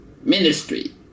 ministry